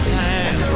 time